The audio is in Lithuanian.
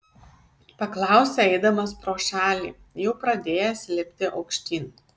paklausė eidamas pro šalį jau pradėjęs lipti aukštyn